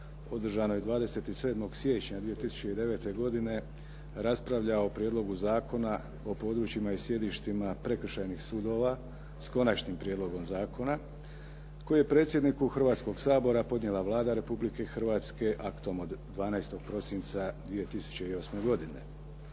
održanoj 27. siječnja 2009. godine raspravljao o Prijedlogu zakona o područjima i sjedištima prekršajnih sudova s Konačnim prijedlogom zakona kojeg je predsjedniku Hrvatskog sabora podnijela Vlada Republike Hrvatske aktom od 12. prosinca 2008. godine.